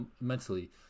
mentally